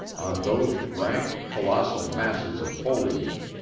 on those rank, colossal masses of foliage,